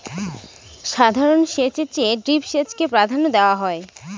সাধারণ সেচের চেয়ে ড্রিপ সেচকে প্রাধান্য দেওয়া হয়